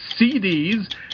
CDs